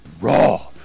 raw